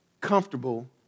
comfortable